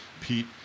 pete